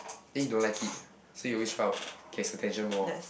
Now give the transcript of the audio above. then he don't like it so he always try out gets his attention more